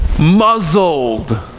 muzzled